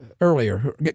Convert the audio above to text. earlier